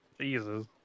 Jesus